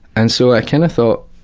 and so i kinda thought.